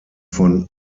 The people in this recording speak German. von